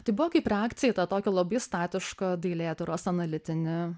tai buvo kaip reakcija tokį labai statišką dailėtyros analitinį